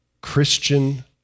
Christian